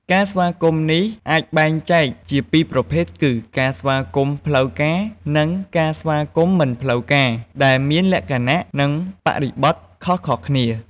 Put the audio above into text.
ការស្វាគមន៍នេះអាចបែងចែកជាពីរប្រភេទគឺ ការស្វាគមន៍ផ្លូវការ និង ការស្វាគមន៍មិនផ្លូវការ ដែលមានលក្ខណៈនិងបរិបទខុសៗគ្នា។